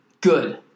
Good